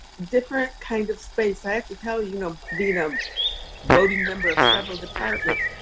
different kind of space. i have to tell you, know being a voting member of several departments,